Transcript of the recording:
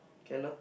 can lah